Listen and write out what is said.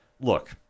look